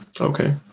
Okay